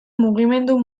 mugimendu